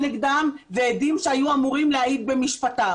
נכון ואין דבר כזה.